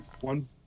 one